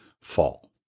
fall